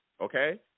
okay